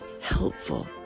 helpful